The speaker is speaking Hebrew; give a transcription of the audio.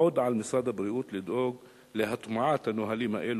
עוד על משרד הבריאות לדאוג להטמעת הנהלים האלה